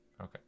Okay